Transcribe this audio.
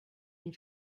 les